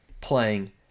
playing